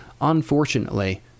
Unfortunately